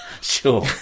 Sure